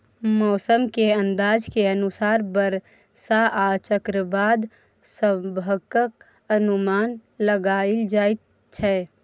मौसम के अंदाज के अनुसार बरसा आ चक्रवात सभक अनुमान लगाइल जाइ छै